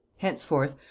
henceforth,